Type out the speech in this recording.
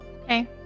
Okay